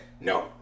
no